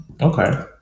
Okay